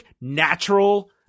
natural